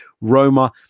Roma